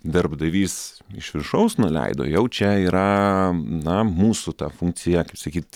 darbdavys iš viršaus nuleido jau čia yra na mūsų ta funkcija kaip sakyt